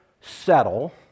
settle